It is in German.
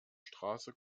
straße